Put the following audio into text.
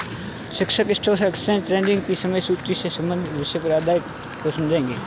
शिक्षक stock exchange trading की समय सूची से संबंधित विषय पर छात्रों को समझाएँगे